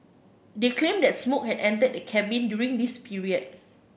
they claimed that smoke had entered the cabin during this period